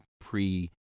pre